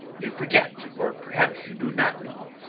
you forget or perhaps you do not know,